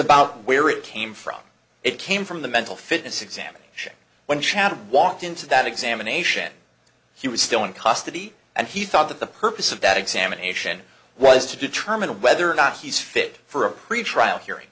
about where it came from it came from the mental fitness examination when chatham walked into that examination he was still in custody and he thought that the purpose of that examination was to determine whether or not he is fit for a pretrial hearing